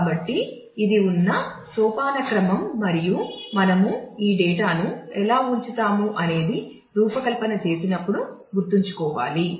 కాబట్టి ఇది ఉన్న సోపానక్రమం మరియు మనము ఈ డేటాను ఎలా ఉంచుతాము అనేది రూపకల్పన చేసేటప్పుడు గుర్తుంచుకోవాలి